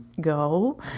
Go